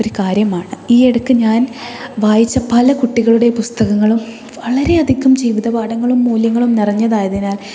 ഒരു കാര്യമാണ് ഈ അടുത്ത് ഞാൻ വായിച്ച പല കുട്ടികളുടെ പുസ്തകങ്ങളും വളരെ അധികം ജീവിതപാഠങ്ങളും മൂല്യങ്ങളും നിറഞ്ഞതായതിനാൽ